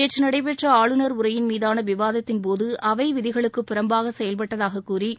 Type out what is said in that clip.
நேற்று நடைபெற்ற ஆளுநர் உரையின் மீதான விவாதத்தின்போது அவை விதிகளுக்கு புறம்பாக செயல்பட்டதாக கூறி